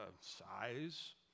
size